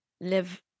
live